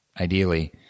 ideally